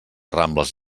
rambles